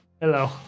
Hello